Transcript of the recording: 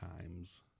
times